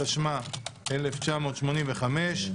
התשמ"ה-1985.